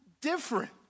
different